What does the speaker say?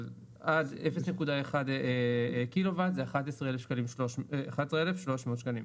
אבל עד 0.1 קילו וואט זה 11,300 שקלים.